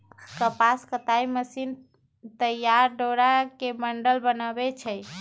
कपास कताई मशीन तइयार डोरा के बंडल बनबै छइ